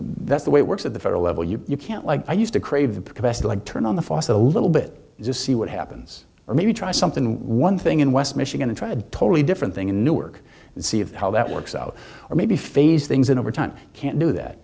that's the way it works at the federal level you can't like i used to crave the best like turn on the faucet a little bit just see what happens or maybe try something one thing in west michigan to try to totally different thing in newark and see if how that works out or maybe phase things in over time can't do that